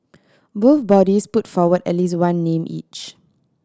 both bodies put forward at least one name each